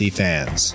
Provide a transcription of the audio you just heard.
fans